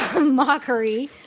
mockery